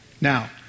Now